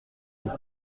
vous